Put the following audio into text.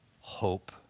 hope